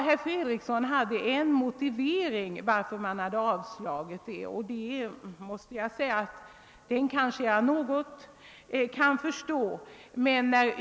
Herr Fredriksson anförde en motivering för avslag på det förslaget, som jag delvis kan förstå.